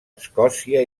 escòcia